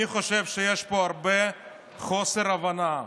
אני חושב שיש פה הרבה חוסר הבנה.